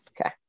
Okay